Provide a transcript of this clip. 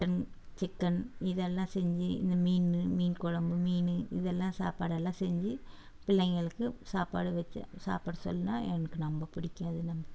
mutton chicken இதெல்லாம் செஞ்சு இந்த மீனு மீன் குழம்பு மீனு இதெல்லாம் சாப்பாடெல்லாம் செஞ்சு பிள்ளைங்களுக்கு சாப்பாடு வச்சு சாப்பிட சொல்னா எனக்கு ரொம்ப பிடிக்கும்